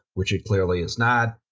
which it clearly is not.